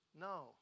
No